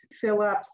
Phillips